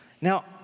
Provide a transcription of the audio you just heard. Now